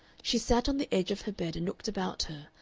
she sat on the edge of her bed and looked about her,